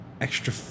extra